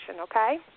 okay